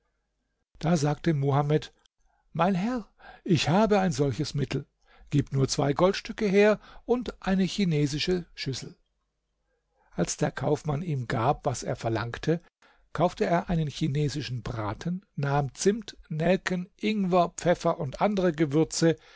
da sagte muhamed mein herr ich habe ein solches mittel gib nur zwei goldstücke her und eine chinesische schüssel als der kaufmann ihm gab was er verlangte kaufe er einen chinesischen braten nahm zimt nelken ingwer pfeffer und andere gewürze